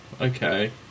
okay